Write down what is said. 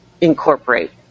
incorporate